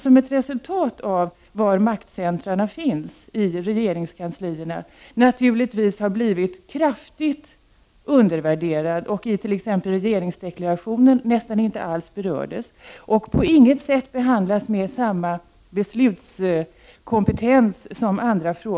Som ett resultat av var maktcentrum finns i regeringskansliet har den offentliga sektorn blivit kraftigt undervärderad. Och i t.ex. regeringsdeklarationen berördes knappast den offentliga sektorn. Och den behandlas på inget sätt med samma beslutskompetens som andra områden.